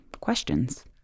questions